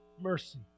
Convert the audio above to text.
mercy